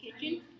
kitchen